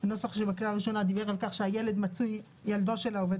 הנוסח שבקריאה הראשונה דיבר על כך שילדו של העובד